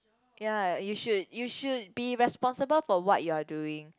ya you should you should be responsible for what you are doing